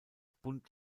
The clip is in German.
bund